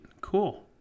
cool